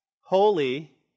holy